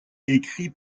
écrit